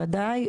בוודאי,